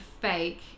fake